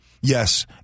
Yes